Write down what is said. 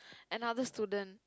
another student